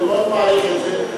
ואני מאוד מעריך את זה,